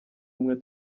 umwe